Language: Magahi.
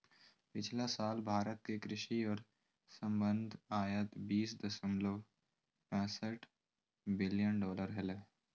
पिछला साल भारत के कृषि और संबद्ध आयात बीस दशमलव पैसठ बिलियन डॉलर हलय